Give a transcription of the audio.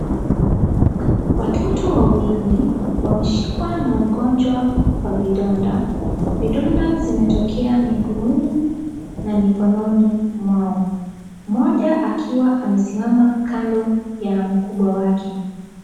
Watoto wawili wameshikwa na ugonjwa wa vidonda. Vidonda zimetokea miguuni na mikononi mwao . Mmoja akiwa amesimama kando ya mkubwa wake.